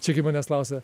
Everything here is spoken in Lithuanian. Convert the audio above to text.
čia kai manęs klausia